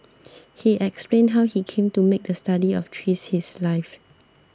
he explained how he came to make the study of trees his life